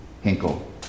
Hinkle